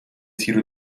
تیرو